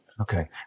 Okay